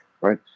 right